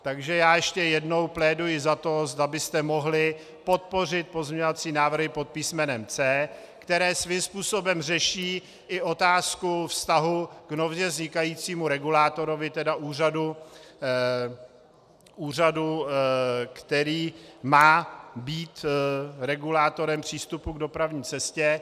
Takže já ještě jednou pléduji za to, zda byste mohli podpořit pozměňovací návrhy pod písmenem C, které svým způsobem řeší i otázku vztahu k nově vznikajícímu regulátorovi, tedy úřadu, který má být regulátorem přístupu k dopravní cestě.